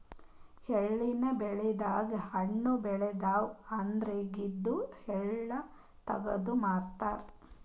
ಎಳ್ಳಿನ್ ಬೆಳಿದಾಗ್ ಹಣ್ಣ್ ಬೆಳಿತಾವ್ ಅದ್ರಾಗಿಂದು ಎಳ್ಳ ತಗದು ಮಾರ್ತಾರ್